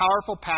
powerful